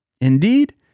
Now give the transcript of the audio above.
Indeed